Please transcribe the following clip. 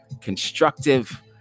constructive